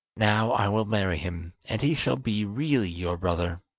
now i will marry him, and he shall be really your brother